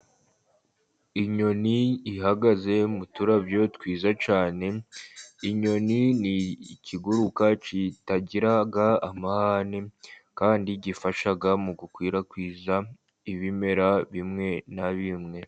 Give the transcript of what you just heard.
Inyoni ihagaze muturabyo twiza cyane, inyoni ni ikiguruka kitagira amahane kandi gifasha mu gukwirakwiza ibimera bimwe na bimwe.